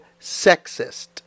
sexist